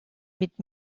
mit